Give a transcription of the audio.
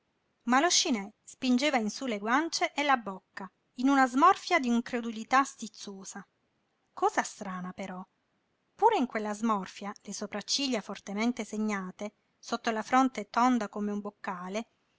ma lo scinè spingeva in su le guance e la bocca in una smorfia d'incredulità stizzosa cosa strana però pure in quella smorfia le sopracciglia fortemente segnate sotto la fronte tonda come un boccale